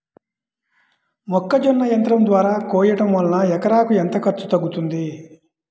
మొక్కజొన్న యంత్రం ద్వారా కోయటం వలన ఎకరాకు ఎంత ఖర్చు తగ్గుతుంది?